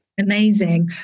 Amazing